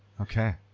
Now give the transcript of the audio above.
Okay